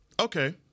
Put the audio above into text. Okay